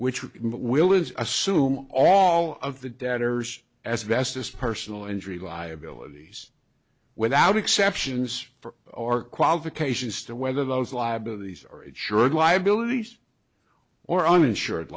is assume all of the debtors as best as personal injury liabilities without exceptions for or qualifications to whether those liabilities are it should liabilities or uninsured